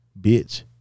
bitch